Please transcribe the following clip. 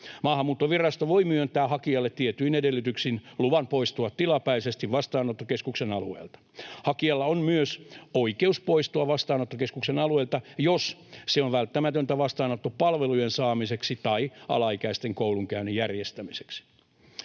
Maahanmuuttovirasto voi myöntää hakijalle tietyin edellytyksin luvan poistua tilapäisesti vastaanottokeskuksen alueelta. Hakijalla on myös oikeus poistua vastaanottokeskuksen alueelta, jos se on välttämätöntä vastaanottopalvelujen saamiseksi tai alaikäisten koulunkäynnin järjestämiseksi.